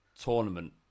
tournament